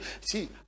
see